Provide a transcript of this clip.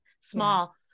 small